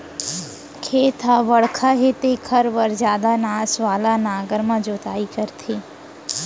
खेत ह बड़का हे तेखर बर जादा नास वाला नांगर म जोतई करथे